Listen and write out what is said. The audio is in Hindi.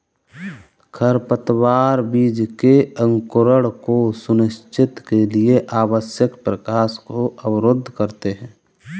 खरपतवार बीज के अंकुरण को सुनिश्चित के लिए आवश्यक प्रकाश को अवरुद्ध करते है